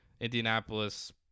Indianapolis